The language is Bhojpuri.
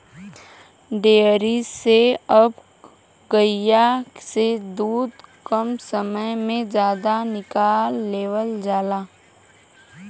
डेयरी से अब गइया से दूध कम समय में जादा निकाल लेवल जाला